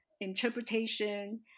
interpretation